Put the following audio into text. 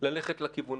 ללכת לכיוון,